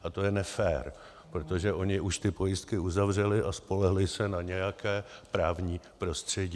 A to je nefér, protože oni už ty pojistky uzavřeli a spolehli se na nějaké právní prostředí.